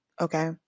Okay